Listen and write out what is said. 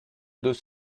deux